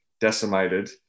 decimated